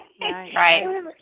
Right